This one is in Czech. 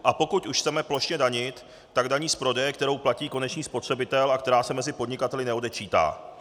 A pokud už chceme plošně danit, tak daní z prodeje, kterou platí konečný spotřebitel a která se mezi podnikateli neodečítá.